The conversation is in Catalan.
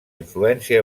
influència